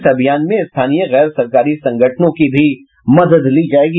इस अभियान में स्थानीय गैर सरकारी संगठनों की भी मदद ली जायेगी